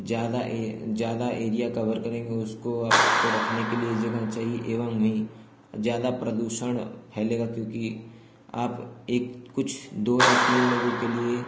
ज़्यादा ए ज़्यादा एरिया क़वर करेंगे उसको आप को रखने के लिए जगह चाहिए एवं ही ज़्यादा प्रदूषण फैलेगा क्योंकि आप एक कुछ दो या तीन लोगों के लिए